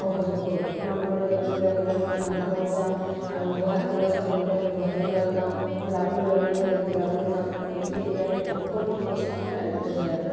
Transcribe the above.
সহযোগ কৰোঁ নামঘৰলৈ যাবলগীয়া হ'লে নামঘৰত যাওঁ আৰু ব'হাগী মেলা চাবলগীয়া হ'লে ব'হাগী মেলালৈ যাওঁ ক্লাবলৈ যাবলগীয়া হ'লে ক্লাবলৈ যাওঁ গতিকে এই আমি সকলো বস্তুতে বজাই ৰাখোঁ